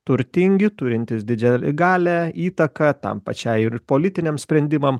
turtingi turintys didžial galią įtaką tam pačiai ir politiniams sprendimam